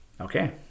Okay